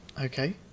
Okay